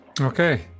Okay